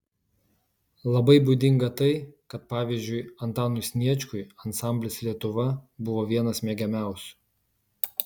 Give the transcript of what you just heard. labai būdinga tai kad pavyzdžiui antanui sniečkui ansamblis lietuva buvo vienas mėgiamiausių